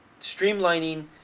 streamlining